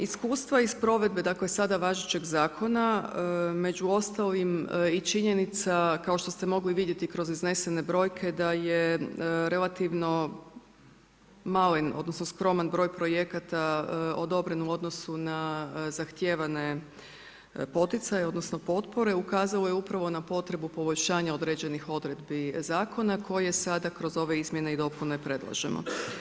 Iskustva iz provedbe, dakle sada važećeg zakona među ostalim i činjenica kao što ste mogli vidjeti kroz iznesene brojke da je relativno malen, odnosno skroman broj projekata odobren u odnosu na zahtijevane poticaje, odnosno potpore ukazalo je upravo na potrebu poboljšanja određenih odredbi zakona koje sada kroz ove izmjene i dopune predlažemo.